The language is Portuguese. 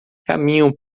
caminham